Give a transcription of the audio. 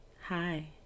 Hi